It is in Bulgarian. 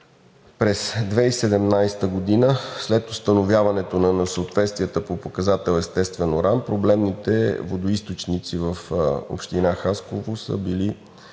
през 2017 г. след установяването на несъответствията по показател „естествен уран“ проблемните водоизточници в област Хасково са били